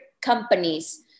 companies